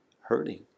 hurting